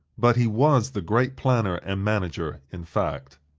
but he was the great planner and manager in fact.